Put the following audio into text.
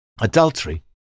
adultery